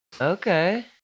okay